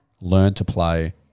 learn-to-play